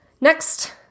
Next